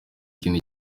ikindi